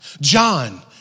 John